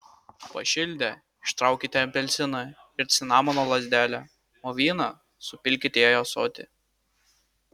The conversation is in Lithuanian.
pašildę ištraukite apelsiną ir cinamono lazdelę o vyną supilkite į ąsotį